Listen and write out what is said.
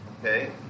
Okay